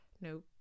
no